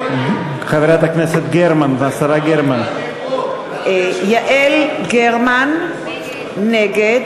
(קוראת בשמות חברי הכנסת) יעל גרמן, נגד